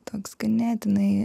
toks ganėtinai